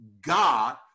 God